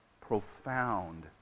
profound